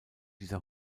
dieser